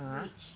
bridge